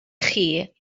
chi